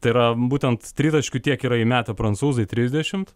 tai yra būtent tritaškių tiek yra įmetę prancūzai trisdešimt